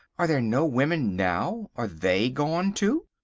are there no women now? are they gone too?